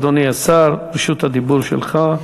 אדוני השר, רשות הדיבור שלך.